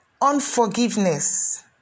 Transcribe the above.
unforgiveness